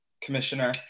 Commissioner